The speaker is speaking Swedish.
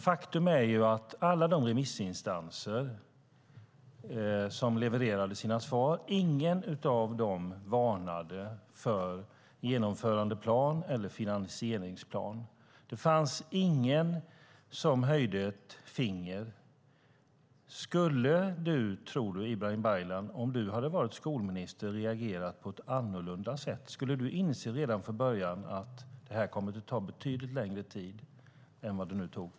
Faktum är att ingen av alla remissinstanser som levererat svar varnade för genomförandeplan eller finansieringsplan. Ingen höjde ett finger. Tror du, Ibrahim Baylan, att du om du hade varit skolminister skulle ha reagerat på ett annat sätt? Frågan är om du redan från början skulle ha insett att det här kommer att ta betydligt längre tid än det nu tagit.